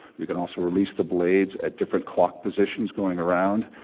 we can also release the blades at different clock positions going around,